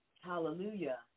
hallelujah